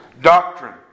doctrine